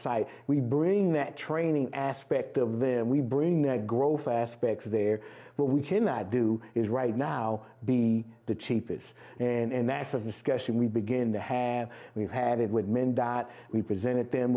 site we bring that training aspect of them we bring that grow fast bex there but we cannot do is right now be the cheapest and that's of discussion we begin to have we've had it with men that we presented them